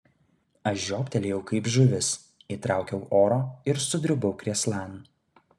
aš žioptelėjau kaip žuvis įtraukiau oro ir sudribau krėslan